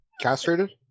Castrated